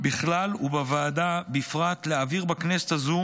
בכלל ובוועדה בפרט, להעביר בכנסת הזו